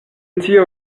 tio